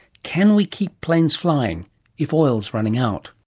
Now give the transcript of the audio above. can we keep planes flying if oil is running out?